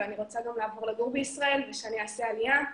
שאני רוצה גם לעבור לגור בישראל ושאני אעשה עלייה.